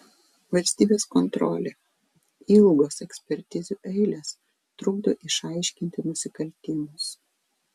valstybės kontrolė ilgos ekspertizių eilės trukdo išaiškinti nusikaltimus